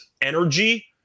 energy